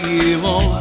evil